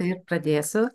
ir pradėsiu